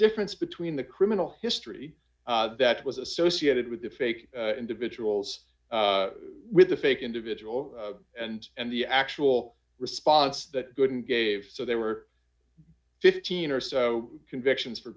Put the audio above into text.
difference between the criminal history that was associated with the fake individuals with the fake individual and and the actual response that goodin gave so they were fifteen or so convictions for